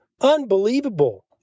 Unbelievable